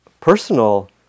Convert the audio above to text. personal